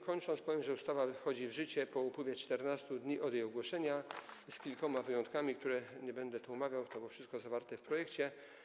Kończąc, powiem, że ustawa wchodzi w życie po upływie 14 dni od jej ogłoszenia, z kilkoma wyjątkami, których nie będę tu omawiał, bo wszystko jest zawarte w projekcie.